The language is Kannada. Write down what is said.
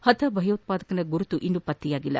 ಪತ ಭಯೋತ್ವಾದಕನ ಗುರುತು ಇನ್ನೂ ಪತ್ತೆಯಾಗಿಲ್ಲ